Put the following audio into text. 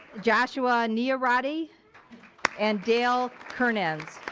joshua nearatti and dale kernes.